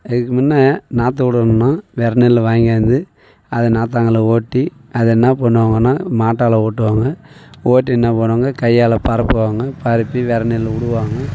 இதுக்கு முன்ன நாத்து விடணும்னா வித நெல்லை வாங்கியாந்து அதை நாத்தாங்கால ஓட்டி அதை என்ன பண்ணுவாங்கனா மாட்டால் ஓட்டுவாங்க ஓட்டி என்ன பண்ணுவாங்க கையால் பரப்புவாங்க பரப்பி வித நெல்லை விடுவாங்க